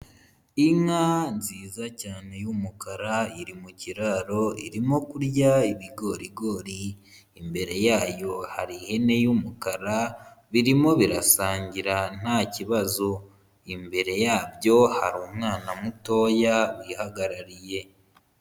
Inka nziza cyane y'umukara iri mu kiraro, irimo kurya ibigorigori, imbere yayo hari ihene y'umukara birimo birasangira nta kibazo, imbere yabyo hari umwana mutoya wihagarariye.